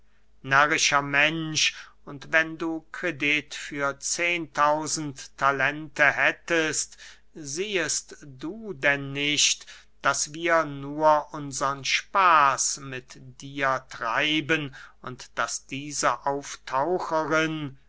närrischer mensch und wenn du kredit für zehen tausend talente hättest siehest du denn nicht daß wir nur unsern spaß mit dir treiben und daß diese auftaucherin